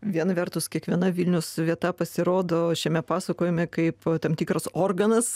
viena vertus kiekviena vilniaus vieta pasirodo šiame pasakojime kaip tam tikras organas